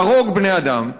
יהרוג בני אדם,